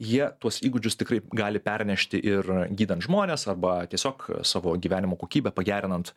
jie tuos įgūdžius tikrai gali pernešti ir gydant žmones arba tiesiog savo gyvenimo kokybę pagerinant